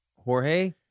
Jorge